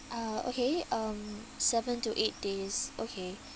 ah okay um seven to eight days okay